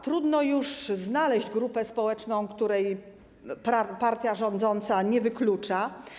Trudno już znaleźć grupę społeczną, której partia rządząca nie wyklucza.